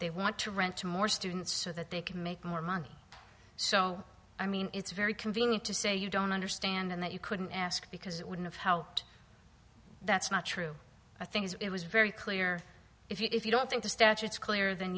they want to rent to more students so that they can make more money so i mean it's very convenient to say you don't understand and that you couldn't ask because it wouldn't of how that's not true i think it was very clear if you don't think the statutes clearer than